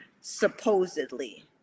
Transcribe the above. supposedly